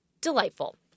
delightful